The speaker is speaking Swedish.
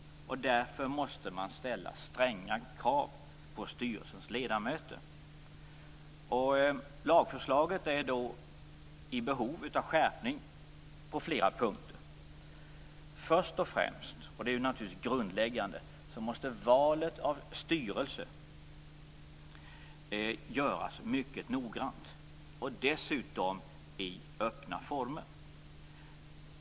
Därför måste man ställa stränga krav på styrelsens ledamöter. Lagförslaget är i behov av skärpning på flera punkter. Först och främst - och det är naturligtvis grundläggande - måste valet av styrelse göras mycket noggrant och dessutom i öppna former.